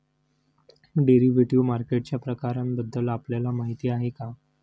Derivative मार्केटच्या प्रकारांबद्दल आपल्याला माहिती आहे का?